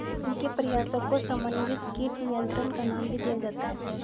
इनके प्रयासों को समन्वित कीट नियंत्रण का नाम भी दिया जाता है